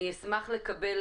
ואשמח לקבל